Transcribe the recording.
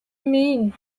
мин